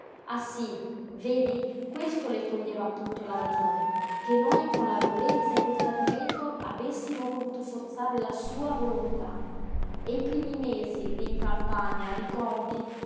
ah sí vedi questo le toglieva appunto la ragione che noi con la violenza e col tradimento avessimo voluto forzare la sua volontà e i primi mesi lí in campagna ricordi